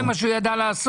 זה מה שהוא ידע לעשות.